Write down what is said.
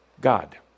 God